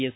S